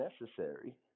necessary